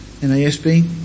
NASB